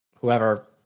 whoever